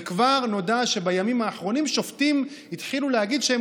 וכבר נודע שבימים האחרונים שופטים התחילו להגיד שהם